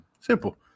Simple